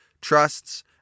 trusts